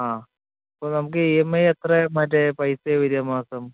ആ അപ്പം നമുക്കീ എം ഐ എത്ര മറ്റേ പൈസ വരിക മാസം